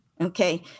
okay